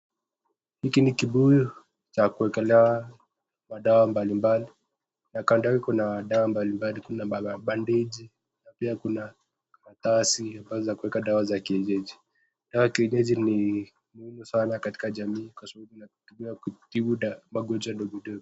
Hiki ni kibuyu cha kuekelea madawa mbali mbali na kando yake kuna dawa mbalimbali kuna mabendeji kuna karatasi ambazo ni za kuweka dawa za kienyeji, dawa ya kienyeji ni mzuri sana katika jamii kwa sababu inatumika kutibu magonjwa ndogo ndogo.